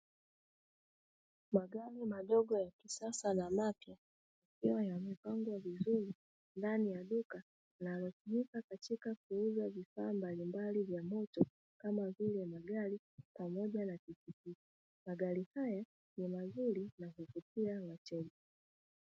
Magari madogo ya kisasa na mapya yakiwa yamepangwa vizuri ndani ya duka linalotumika katika kuuza vifaa mbalimbali vya moto kama vile magari pamoja na pikipiki, magari haya ni mazuri na kukutia wateja.